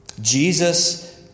Jesus